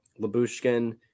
Labushkin